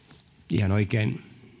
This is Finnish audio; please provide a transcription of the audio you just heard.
ihan oikein